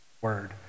word